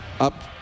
up